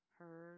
Her